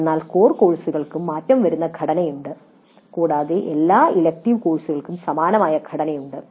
എല്ലാ കോർ കോഴ്സുകൾക്കും മാറ്റം വരുന്ന ഘടനയുണ്ട് കൂടാതെ എല്ലാ ഇലക്ടീവ് കോഴ്സുകൾക്കും സമാനമായ ഘടനയുണ്ട്